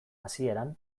hasieran